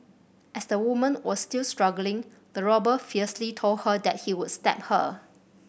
as the woman was still struggling the robber fiercely told her that he was stab her